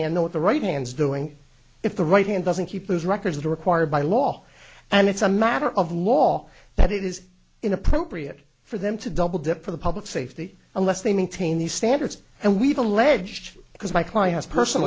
know what the right hands doing if the right hand doesn't keep those records that are required by law and it's a matter of law that it is inappropriate for them to double dip for the public safety unless they maintain these standards and we've alleged because my client has person